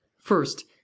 First